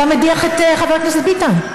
אתה מדיח את חבר הכנסת ביטן.